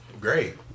Great